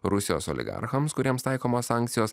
rusijos oligarchams kuriems taikomos sankcijos